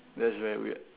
that's very weird